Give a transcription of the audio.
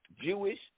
Jewish